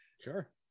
Sure